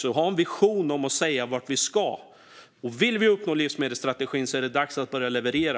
Man måste ha en vision och kunna säga vart vi ska. Om vi vill uppnå målen i livsmedelsstrategin, fru talman, är det dags att börja leverera.